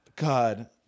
God